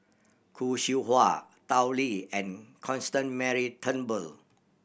Khoo Seow Hwa Tao Li and Constance Mary Turnbull